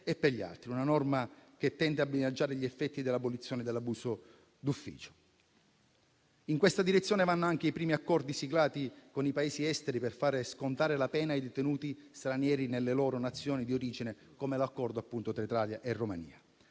e per gli altri. È una norma che tende a bilanciare gli effetti dell'abolizione dell'abuso d'ufficio. In questa direzione vanno anche i primi accordi siglati con i Paesi esteri per fare scontare la pena ai detenuti stranieri nelle loro Nazioni di origine, come l'accordo, appunto, tra Italia e Romania.